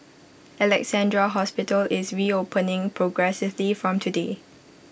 Alexandra hospital is reopening progressively from today